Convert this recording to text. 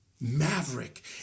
Maverick